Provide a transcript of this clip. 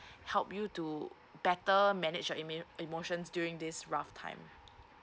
help you to better manage your emotions during this rough time